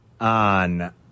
on